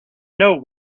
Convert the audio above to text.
know